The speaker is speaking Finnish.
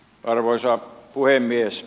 arvoisa puhemies